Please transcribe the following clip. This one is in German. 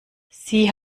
sie